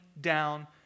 down